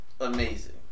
amazing